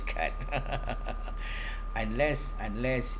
card unless unless